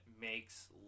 makes